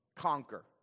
conquer